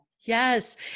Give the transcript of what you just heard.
Yes